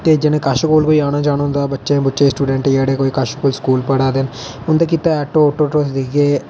ते जिनें कश कोल आना जाना होंदा बच्चे बुच्चे स्टोडेंट जेहड़ा कश कोल पढा दे ना उंदे कीते आटो तुस दिखगे